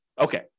okay